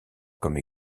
comme